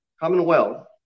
commonwealth